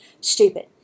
Stupid